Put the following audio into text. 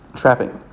trapping